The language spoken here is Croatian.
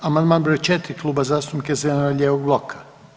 Amandman broj 4. Kluba zastupnika zeleno-lijevog bloka.